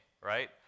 right